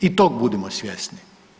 I tog budimo svjesni.